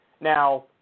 Now